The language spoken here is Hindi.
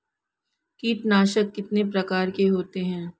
कीटनाशक कितने प्रकार के होते हैं?